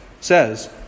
says